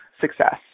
success